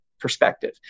perspective